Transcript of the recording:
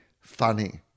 funny